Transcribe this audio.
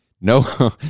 No